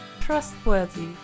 trustworthy